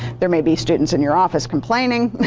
there may be students in your office complaining.